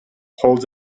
holds